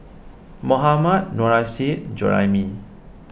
Mohammad Nurrasyid Juraimi